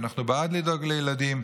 ואנחנו בעד לדאוג לילדים,